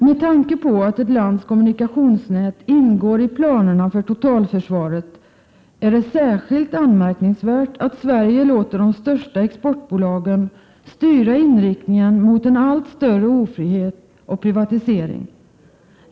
Med tanke på att ett lands kommunikationsnät ingår i planerna för totalförsvaret är det särskilt anmärkningsvärt att Sverige låter de största exportbolagen styra inriktningen mot en allt större ofrihet och privatisering.